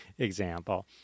example